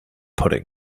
pudding